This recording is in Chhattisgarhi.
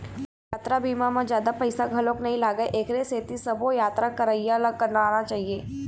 यातरा बीमा म जादा पइसा घलोक नइ लागय एखरे सेती सबो यातरा करइया ल कराना चाही